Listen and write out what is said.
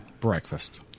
breakfast